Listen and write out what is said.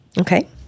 Okay